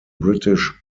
british